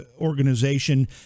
organization